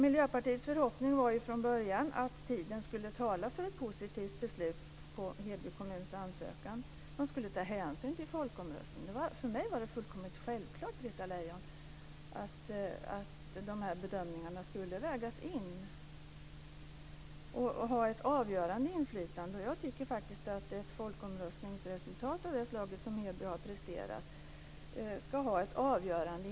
Miljöpartiets förhoppning från början var att tiden skulle tala för ett positivt beslut när det gäller Hebys ansökan och att man skulle ta hänsyn till folkomröstningen. För mig var det fullkomligt självklart, Britta Lejon, att dessa bedömningar skulle vägas in och ha ett avgörande inflytande. Jag tycker faktiskt att ett folkomröstningsresultat av det slaget som Heby har presterat ska vara avgörande.